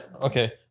Okay